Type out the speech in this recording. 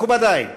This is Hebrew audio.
מכובדי,